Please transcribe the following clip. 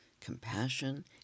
compassion